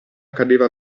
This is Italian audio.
cadeva